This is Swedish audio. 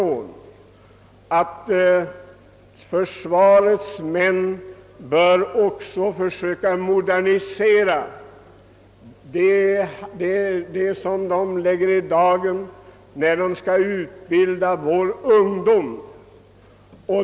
Försvarets män bör försöka modernisera de metoder de lägger i dagen när de skall utbilda vår ungdom.